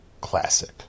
classic